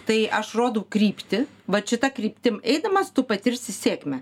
tai aš rodau kryptį vat šita kryptim eidamas tu patirsi sėkmę